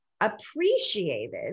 appreciated